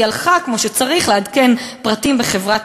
היא הלכה כמו שצריך לעדכן פרטים בחברת